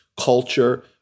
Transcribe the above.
culture